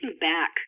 back